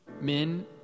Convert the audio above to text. Men